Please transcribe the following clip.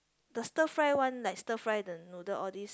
the stir fry one like stir fry the noodle all this